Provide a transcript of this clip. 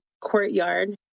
courtyard